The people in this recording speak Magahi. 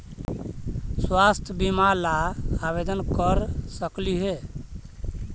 स्वास्थ्य बीमा ला आवेदन कर सकली हे?